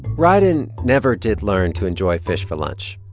rieden never did learn to enjoy fish for lunch,